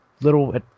little